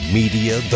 media